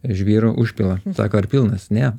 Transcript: žvyro užpila sako ar pilnas ne